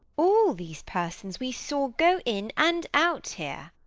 all these persons we saw go in and out here.